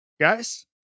guys